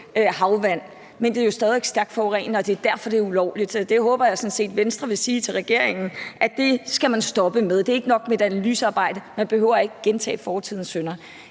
havvand, men det er jo stadig væk stærkt forurenende, og det er derfor, det er ulovligt. Jeg håber sådan set, at Venstre vil sige til regeringen, at det skal man stoppe med. Det er ikke nok med et analysearbejde. Man behøver ikke gentage fortidens synder.